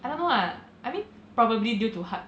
I don't know ah I mean probably due to hard